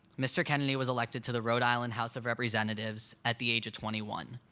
mr. kennedy was elected to the rhode island house of representatives at the age of twenty one.